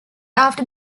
after